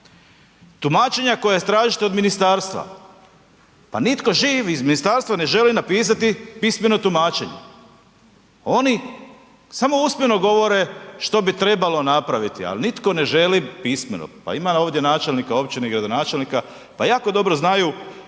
Tumačenja koja tražite od ministarstva, pa nitko živ iz ministarstva ne želi napisati pismeno tumačenje. Oni samo usmeno govore što bi trebalo napraviti, ali nitko ne želi pismeno. Pa ima ovdje načelnika općine i gradonačelnika, pa jako dobro znaju